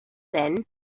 then